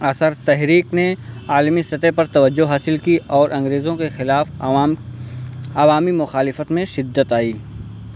اثر تحریک نے عالمی سطح پر توجہ حاصل کی اور انگریزوں کے خلاف عوام عوامی مخالفت میں شدت آئی